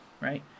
right